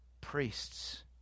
priests